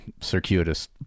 Circuitous